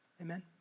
Amen